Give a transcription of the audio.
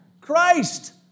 Christ